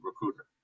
recruiter